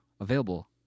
available